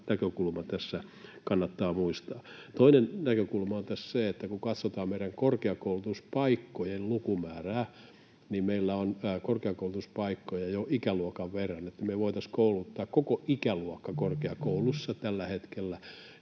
näkökulma tässä kannattaa muistaa. Toinen näkökulma on tässä se, että kun katsotaan meidän korkeakoulutuspaikkojen lukumäärää, niin meillä on korkeakoulutuspaikkoja jo ikäluokan verran, eli me voitaisiin kouluttaa koko ikäluokka korkeakouluissa tällä hetkellä,